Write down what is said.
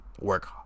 work